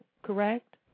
correct